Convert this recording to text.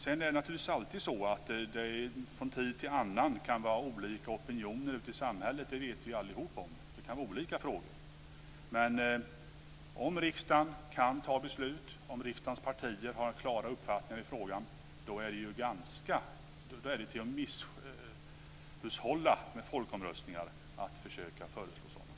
Det är naturligtvis alltid så att det från tid till annan kan vara olika opinioner ute i samhället. Det vet vi alla. Det kan gälla olika frågor. Men om riksdagen kan fatta beslut, om riksdagens partier har klara uppfattningar i frågan, då är det att misshushålla med folkomröstningar att försöka föreslå sådana.